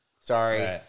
sorry